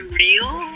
real